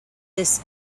this